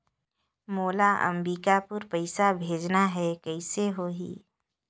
मोला अम्बिकापुर पइसा भेजना है, कइसे होही?